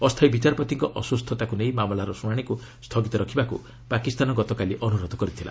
ଅସ୍ଥାୟୀ ବିଚାରପତିଙ୍କ ଅସୁସ୍ଥତାକୁ ନେଇ ମାମଲାର ଶୁଣାଶିକୁ ସ୍ଥଗିତ ରଖିବାକୁ ପାକିସ୍ତାନ ଗତକାଲି ଅନୁରୋଧ କରିଥିଲା